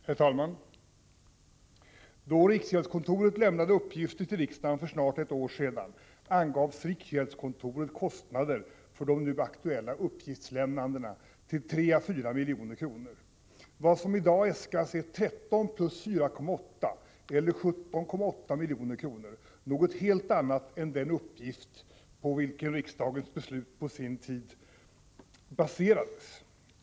Herr talman! Då riksgäldskontoret lämnade uppgifter till riksdagen för snart ett år sedan angavs riksgäldskontorets kostnader för det nu aktuella uppgiftslämnandet till 3 å 4 milj.kr. Vad som i dag äskas är 13 plus 4,8 eller 17,8 milj.kr. — något helt annat än den uppgift på vilken riksdagens beslut på sin tid baserades.